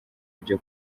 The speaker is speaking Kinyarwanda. ibyo